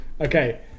Okay